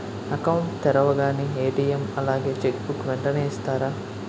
Account తెరవగానే ATM అలాగే cheque book వెంటనే ఇస్తారా?